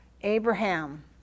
Abraham